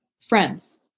friends